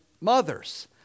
mothers